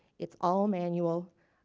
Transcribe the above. it's all manual.